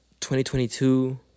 2022